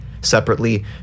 Separately